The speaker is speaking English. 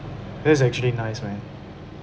that is actually nice man